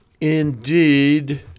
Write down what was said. Indeed